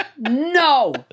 No